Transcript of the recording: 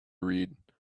read